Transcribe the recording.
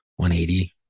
180